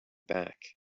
back